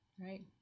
Right